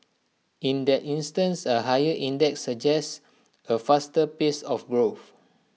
in that instance A higher index suggests A faster pace of growth